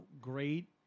great